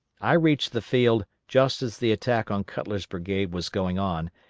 i reached the field just as the attack on cutler's brigade was going on,